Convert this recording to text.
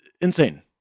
insane